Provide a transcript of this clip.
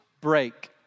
break